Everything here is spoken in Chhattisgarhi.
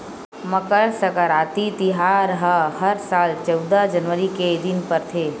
मकर सकराति तिहार ह हर साल चउदा जनवरी के दिन परथे